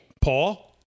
Paul